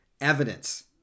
evidence